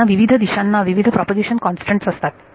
त्यांना विविध दिशांना विविध प्रोपागेशन कॉन्स्टंट असतात